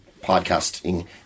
podcasting